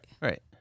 Right